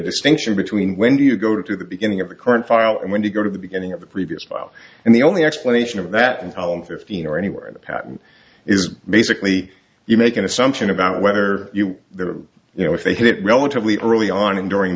distinction between when do you go to the beginning of the current file and when to go to the beginning of the previous file and the only explanation of that in column fifteen or anywhere in the patent is basically you make an assumption about whether the you know if they hit relatively early on and during